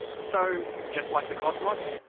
so just like the cosmos,